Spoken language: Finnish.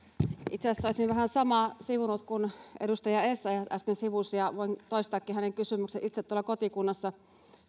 itse asiassa olisin vähän samaa sivunnut kuin edustaja essayah äsken sivusi ja voin toistaakin hänen kysymyksensä itse tuolla kotikunnassani